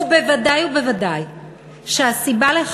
זה היה לפני הרבה